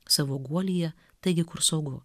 savo guolyje taigi kur saugu